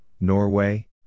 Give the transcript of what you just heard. Norway